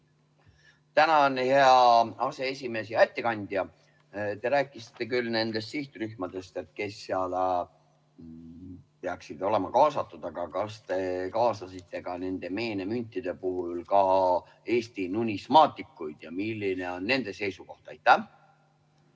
Tänan, hea aseesimees! Hea ettekandja! Te rääkisite küll nendest sihtrühmadest, kes peaksid olema kaasatud, aga kas te kaasasite nende meenemüntide puhul ka Eesti numismaatikuid ja milline on nende seisukoht?